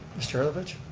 mr. levkovich.